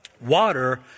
Water